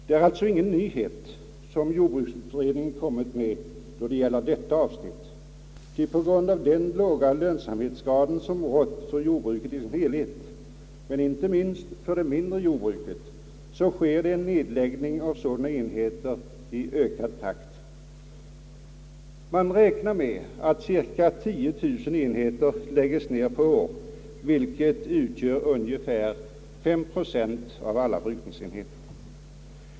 Det är alltså ingen nyhet som jordbruksutredningen kommit med då det gäller detta avsnitt, ty på grund av den låga lönsamhetsgrad som råder för jordbruket i dess helhet men inte minst för mindre jordbruk, sker det en nedläggning av sådana enheter i ökad takt. Man räknar med att cirka 10 000 enheter lägges ned per år, vilket motsvarar ungefär 5 procent av alla enheter.